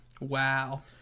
Wow